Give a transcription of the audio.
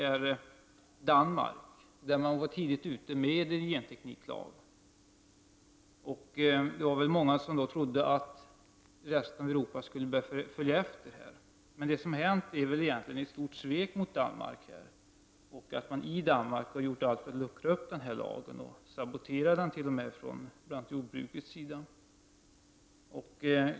I Danmark var man tidigt ute med en gentekniklag. Många trodde väl då att resten av Europa skulle följa efter. Men det som hänt är väl snarast ett stort svek mot Danmark. I Danmark har man nu gjort allt för att luckra upp lagen och för att t.o.m. sabotera den från jordbrukets sida.